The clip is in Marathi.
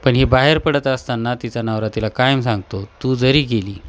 पण ही बाहेर पडत असताना तिचा नवरा तिला कायम सांगतो तू जरी गेली